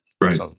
right